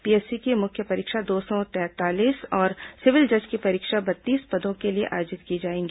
PSC की मुख्य परीक्षा दो सौ तैंतालीस और सिविल जज की परीक्षा बत्तीस पदों के लिए आयोजित की जाएगी